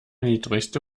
niedrigste